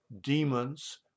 demons